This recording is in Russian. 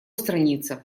странице